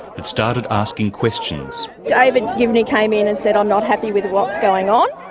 had started asking questions. david givney came in and said i'm not happy with what's going on.